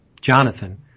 Jonathan